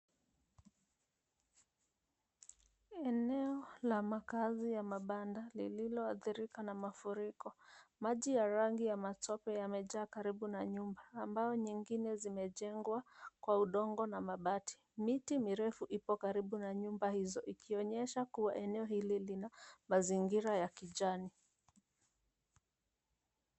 Eneo la makaazi ya mabanda lililoadhirika na mafuriko. Maji ya rangi ya matope yamejaa karibu na nyumba ambayo nyingine zimejengwa kwa udongo na mabati. Miti mirefu ipo karibu na nyumba hizo. Ikionyesha kuwa eneo hili lina mazingira ya kijani.